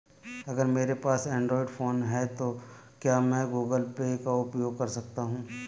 अगर मेरे पास एंड्रॉइड फोन नहीं है तो क्या मैं गूगल पे का उपयोग कर सकता हूं?